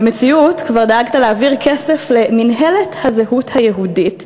במציאות כבר דאגת להעביר כסף למינהלת הזהות היהודית,